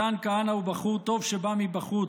מתן כהנא הוא בחור טוב שבא מבחוץ,